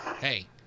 hey